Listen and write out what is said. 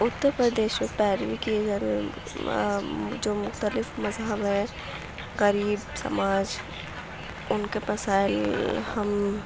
اترپردیش میں پیروی کی ضرور جو مختلف مذہب ہیں غریب سماج ان کے مسائل ہم